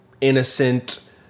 innocent